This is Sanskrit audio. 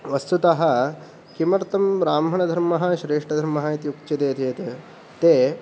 वस्तुतः किमर्थं ब्राह्मणधर्मः श्रेष्ठधर्मः इति उच्यते चेत् ते